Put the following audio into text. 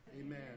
Amen